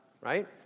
right